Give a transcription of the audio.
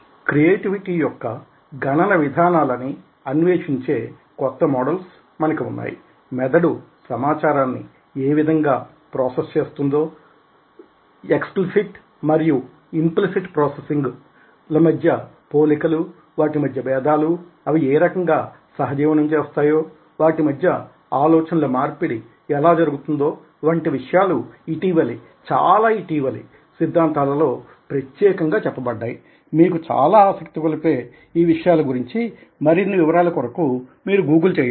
creativity యొక్క గణన విధానాలని అన్వేషించే కొత్త మోడెల్స్ మనకి వున్నాయి మెదడు సమాచారాన్ని ఏ విధంగా ప్రోసెస్ చేస్తుందో ఎక్స్ప్లిసిట్ మరియు ఇంప్లిసిట్ ప్రోసెస్సింగ్ ల మధ్య పోలికలు వాటి మధ్య బేధాలు అవి ఏ రకంగా సహజీవనం చేస్తాయో వాటి మధ్య ఆలోచనల మార్పిడి ఎలా జరుగుతుందో వంటి విషయాలు ఇటీవలి చాలా ఇటీవలి సిద్దాంతాలలో ప్రత్యేకంగా చెప్పబడ్డాయి మీకు చాలా ఆసక్తి గొలిపే ఈ విషయాల గుంచి మరిన్ని వివరాల కొరకు మీరు గూగుల్ చేయవచ్చు